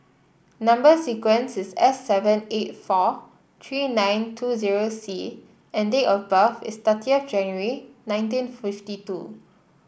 number sequence is S seven eight four three nine two zero C and date of birth is thirtieth January nineteen fifty two